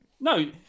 No